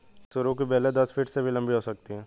सरू की बेलें दस फीट से भी लंबी हो सकती हैं